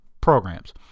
programs